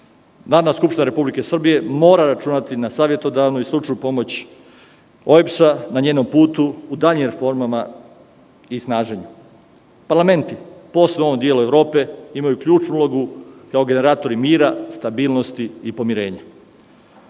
skupština Republike Srbije mora računati na savetodavnu i stručnu pomoć OEBS na njenom putu u daljim reformama i snaženju. Parlamenti, posebno u ovom delu Evrope imaju ključnu ulogu kao generatori mira, stabilnost i pomirenja. Poštovane